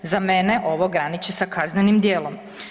Za mene ovo graniči sa kaznenih djelom.